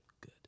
Good